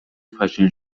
فشن